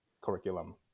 curriculum